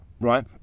right